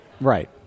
Right